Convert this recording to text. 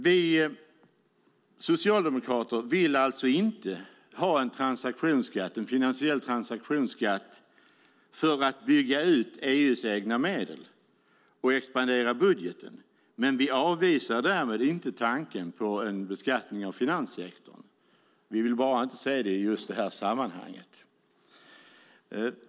Vi socialdemokrater vill alltså inte ha en finansiell transaktionsskatt för att bygga ut EU:s egna medel och expandera budgeten. Men vi avvisar därmed inte tanken på en beskattning av finanssektorn. Vi vill bara inte se det i just det här sammanhanget.